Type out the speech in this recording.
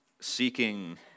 seeking